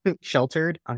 sheltered